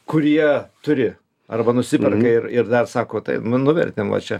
kurie turi arba nusiperka ir ir dar sako tai nu nuvertėm va čia